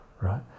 right